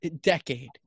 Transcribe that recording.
decade